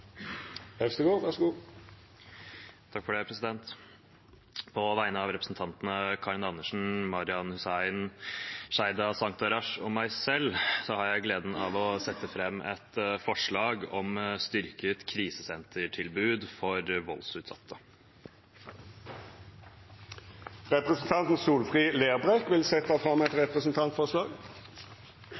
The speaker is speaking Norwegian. På vegne av representantene Karin Andersen Marian Hussein, Sheida Sangtarash og meg selv har jeg gleden av å sette fram et forslag om styrket krisesentertilbud for voldsutsatte. Representanten Solfrid Lerbrekk vil setja fram eit representantforslag.